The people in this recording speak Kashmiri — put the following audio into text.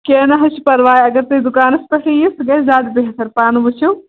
کینٛہہ نہ حظ چھِ پَرواے اگر تُہۍ دُکانَس پٮ۪ٹھٕے یِیِو سُہ گژھِ زیادٕ بہتر پانہٕ وٕچھو